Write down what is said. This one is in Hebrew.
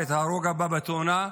ואת ההרוג הבא בתאונה.